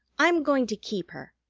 i'm going to keep her.